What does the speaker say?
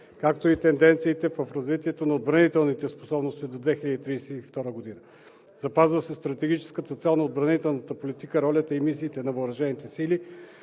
както и тенденциите в развитието на отбранителните способности до 2032 г. Запазва се стратегическата цел на отбранителната политика, ролята и мисиите на въоръжените сили,